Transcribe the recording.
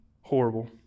Horrible